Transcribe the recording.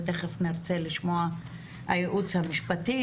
ותיכף נרצה לשמוע את הייעוץ המשפטי